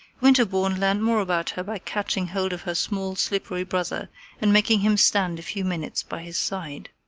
winterbourne learned more about her by catching hold of her small, slippery brother and making him stand a few minutes by his side.